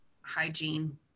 hygiene